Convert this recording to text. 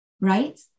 right